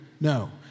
No